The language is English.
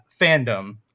fandom